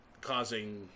causing